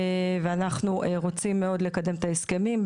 ואנחנו רוצים מאוד לקדם את ההסכמים.